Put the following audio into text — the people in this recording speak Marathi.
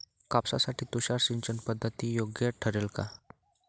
कापसासाठी तुषार सिंचनपद्धती योग्य ठरेल का?